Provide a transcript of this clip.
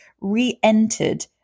re-entered